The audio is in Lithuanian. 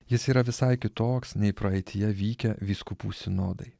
jis yra visai kitoks nei praeityje vykę vyskupų sinodai